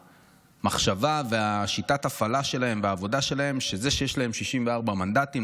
והמחשבה ושיטת ההפעלה והעבודה שלהם היא שזה שיש להם 64 מנדטים,